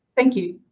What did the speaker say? thank you.